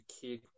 kick